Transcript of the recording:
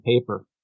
paper